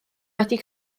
wedi